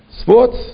sports